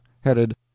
headed